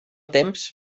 temps